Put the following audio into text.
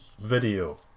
video